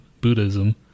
Buddhism